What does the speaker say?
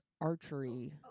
archery